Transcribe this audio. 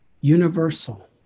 Universal